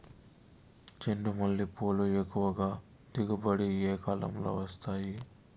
చెండుమల్లి పూలు ఎక్కువగా దిగుబడి ఏ కాలంలో వస్తాయి